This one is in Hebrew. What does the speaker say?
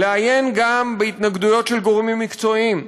לעיין גם בהתנגדויות של גורמים מקצועיים,